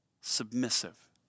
submissive